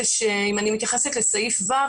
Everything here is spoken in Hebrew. אם אני מתייחסת לסעיף (ו),